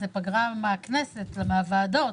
זה פגרה מהכנסת ומהוועדות,